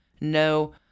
No